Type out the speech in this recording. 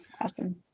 awesome